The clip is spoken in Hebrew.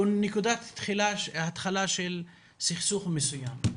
לנקודת התחלה של סכסוך מסוים.